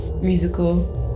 musical